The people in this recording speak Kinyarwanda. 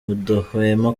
mudahwema